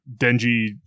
denji